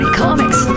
comics